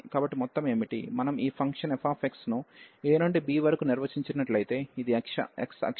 కాబట్టి ఈ మొత్తం ఏమిటి మనం ఈ ఫంక్షన్ fను a నుండి b వరకు నిర్వచించినట్లయితే ఇది x అక్షము మరియు yఅక్షమునకు ఉంటుంది